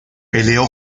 peleó